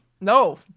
No